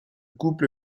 couple